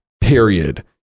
Period